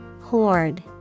Horde